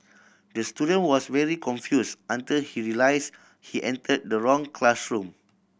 the student was very confuse until he realise he enter the wrong classroom